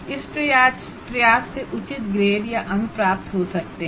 इस प्रयास से उचित ग्रेड या अंक प्राप्त हो सकते हैं